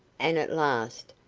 and at last,